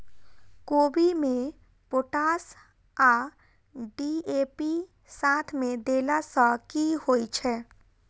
कोबी मे पोटाश आ डी.ए.पी साथ मे देला सऽ की होइ छै?